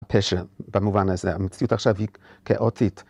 פשע, במובן הזה, המציאות עכשיו היא כאוטית.